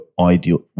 ideal